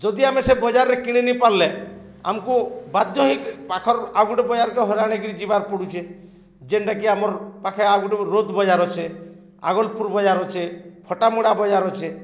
ଯଦି ଆମେ ସେ ବଜାରରେ କିଣିନିପାରିଲେ ଆମକୁ ବାଧ୍ୟ ହଇକ ପାଖର୍ ଆଉ ଗୋଟେ ବଜାରକେ ହଇରାଣିକିରି ଯିବାର୍ ପଡ଼ୁଛେ ଯେନ୍ଟାକି ଆମର ପାଖର୍ ଆଉ ଗୋଟେ ରୋଦ୍ ବଜାର ଅଛେ ଆଗଲପୁର୍ ବଜାର ଅଛେ ଫଟାମୁଡ଼ା ବଜାର ଅଛେ